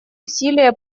усилия